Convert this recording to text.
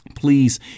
please